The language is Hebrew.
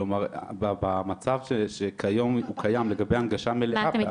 כלומר במצב שכיום קיים לגבי הנגשה מלאה,